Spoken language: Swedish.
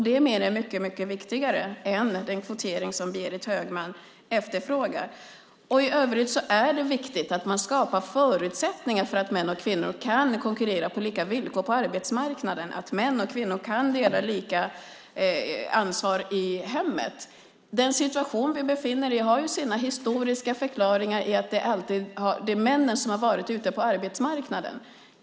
Det menar jag är mycket viktigare än den kvotering som Berit Högman efterfrågar. I övrigt är det viktigt att man skapar förutsättningar så att män och kvinnor kan konkurrera på lika villkor på arbetsmarknaden och så att män och kvinnor kan dela lika på ansvaret i hemmet. Den situation vi befinner oss i har ju sina historiska förklaringar. Det är männen som har varit ute på arbetsmarknaden.